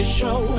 show